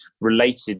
related